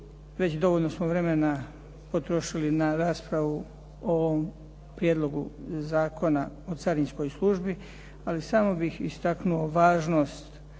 Već dovoljno smo vremena potrošili na raspravu o ovom Prijedlogu Zakona o carinskoj službi, ali samo bih istaknuo važnost